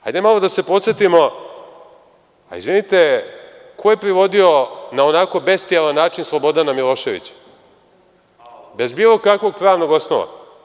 Hajde malo da se podsetimo, izvinite, ko je privodio na onako bestijalan način Slobodana Miloševića, bez bilo kakvog pravnog osnova?